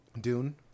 Dune